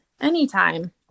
anytime